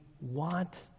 want